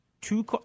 two